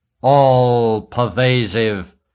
all-pervasive